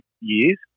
years